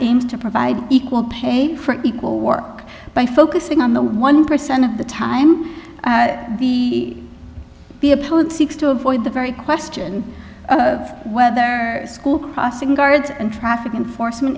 into provide equal pay for equal work by focusing on the one percent of the time the opponent seeks to avoid the very question of whether school crossing guards and traffic enforcement